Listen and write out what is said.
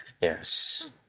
Yes